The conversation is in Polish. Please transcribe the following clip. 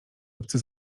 obcy